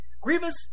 Grievous